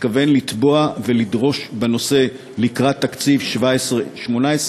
מתכוון לתבוע ולדרוש בנושא לקראת תקציב 17'-18'.